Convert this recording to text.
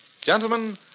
Gentlemen